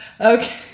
Okay